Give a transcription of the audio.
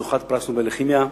זוכת פרס נובל לכימיה,